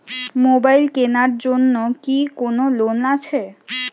Mobile কেনার জন্য কি কোন লোন আছে?